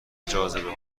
جاذبه